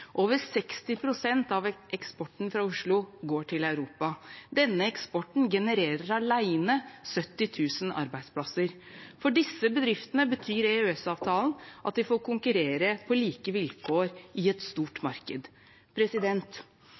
Over 60 pst. av eksporten fra Oslo går til Europa. Denne eksporten genererer alene 70 000 arbeidsplasser. For disse bedriftene betyr EØS-avtalen at de får konkurrere på like vilkår i et stort marked.